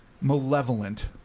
malevolent